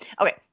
Okay